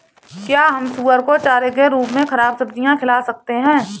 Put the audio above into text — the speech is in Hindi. क्या हम सुअर को चारे के रूप में ख़राब सब्जियां खिला सकते हैं?